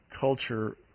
culture